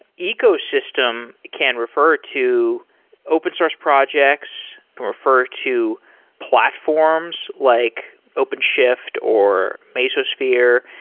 ecosystem can refer to open source projects, can refer to platforms like openshift or mesosphere.